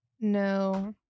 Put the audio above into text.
No